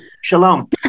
shalom